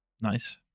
Nice